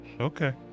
Okay